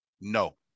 No